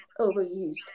overused